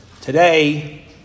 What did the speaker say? Today